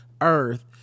earth